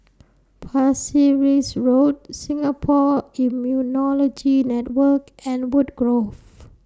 Pasir Ris Road Singapore Immunology Network and Woodgrove